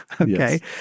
okay